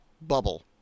bubble